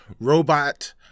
robot